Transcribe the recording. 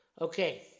Okay